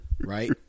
right